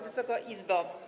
Wysoka Izbo!